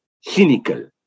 cynical